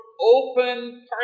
open